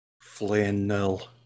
flannel